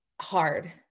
hard